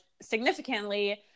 significantly